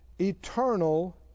Eternal